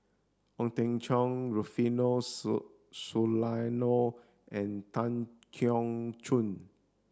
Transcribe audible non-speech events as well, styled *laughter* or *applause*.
Ong Teng Cheong Rufino *unintelligible* Soliano and Tan Keong Choon